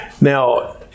Now